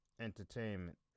Entertainment